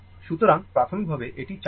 সুতরাং প্রাথমিকভাবে এটি চার্জহীন ছিল